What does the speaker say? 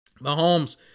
Mahomes